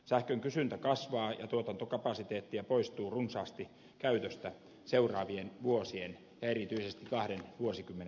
sähkön kysyntä kasvaa ja tuotantokapasiteettia poistuu runsaasti käytöstä seuraavien vuosien ja erityisesti kahden vuosikymmenen aikana